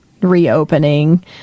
Reopening